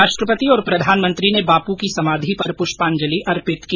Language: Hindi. राष्ट्रपति और प्रधानमंत्री ने बापू की समाधि पर प्रष्पांजलि अर्पित की